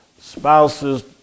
spouses